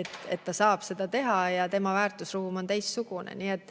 et ta saab seda teha ja tema väärtusruum on teistsugune. Need